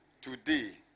today